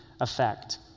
effect